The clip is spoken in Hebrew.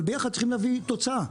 אבל ביחד צריכים להביא תוצאה.